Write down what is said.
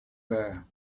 there